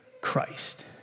Christ